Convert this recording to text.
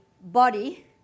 body